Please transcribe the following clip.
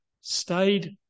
stayed